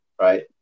right